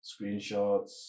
screenshots